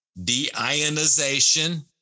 deionization